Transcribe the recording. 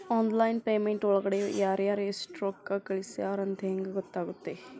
Online payment ಒಳಗಡೆ ಯಾರ್ಯಾರು ಎಷ್ಟು ರೊಕ್ಕ ಕಳಿಸ್ಯಾರ ಅಂತ ಹೆಂಗ್ ಗೊತ್ತಾಗುತ್ತೆ?